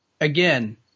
again